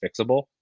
fixable